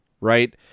right